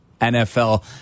nfl